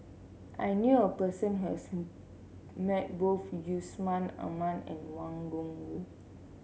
I knew a person who has met both Yusman Aman and Wang Gungwu